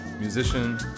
musician